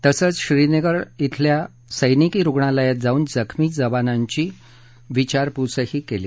तसंच श्रीनगर बिल्या सैनिकी रुग्णालयात जाऊन जखमी जवानांची विचारपूस केली